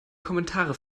kommentare